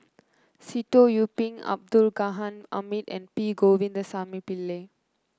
Sitoh Yih Pin Abdul Ghani Hamid and P Govindasamy Pillai